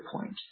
point